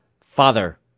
Father